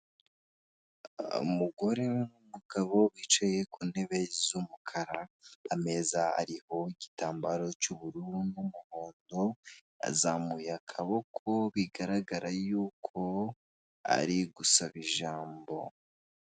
Urupapuro rw'umweru cyangwa se rwera rwanditsweho amagambo ibishushanyo ndetse n'andi mabara atandukanye, handitsweho amagambo yiganjemo umukara, ay'ubururu ay'umweru ndetse akaba ariho agashushanya ka mudasobwa, hariho n'andi mabara atandukanye y'umutuku, ubururu ashushanyijemo inyoni y'umweru ndetse hakaba ashushanyijeho amabara y'ubururu, umutuku umuhondo ndetse n'icyatsi y'ibendera ry'u Rwanda.